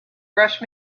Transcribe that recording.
rush